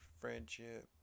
friendship